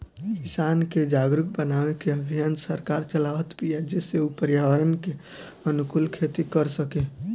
किसान के जागरुक बनावे के अभियान सरकार चलावत बिया जेसे उ पर्यावरण के अनुकूल खेती कर सकें